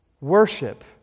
Worship